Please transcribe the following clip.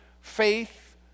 faith